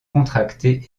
contracté